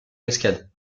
cascade